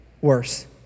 worse